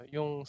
Yung